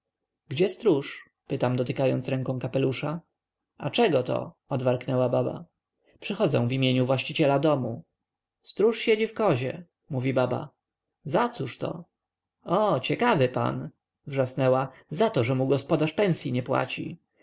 gdzie stróż pytam dotykając ręką kapelusza a czegoto odwarknęła baba przychodzę w imieniu właściciela domu stróż siedzi w kozie mówi baba zacóżto o ciekawy pan wrzasnęła zato że mu gospodarz pensyi nie płaci